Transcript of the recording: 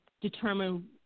determine